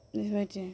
बेबायदि